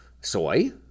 soy